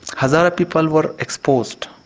hazara people were exposed,